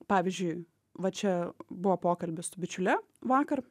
pavyzdžiui va čia buvo pokalbis su bičiule vakar